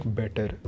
better